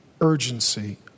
urgency